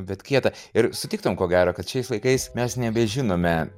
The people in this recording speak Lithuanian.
bet kieta ir sutiktum ko gero kad šiais laikais mes nebežinome